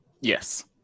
yes